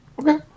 Okay